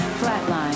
flatline